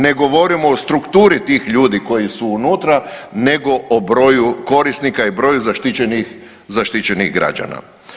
Ne govorim o strukturi tih ljudi koji su unutra, nego o broju korisnika i broju zaštićenih građana.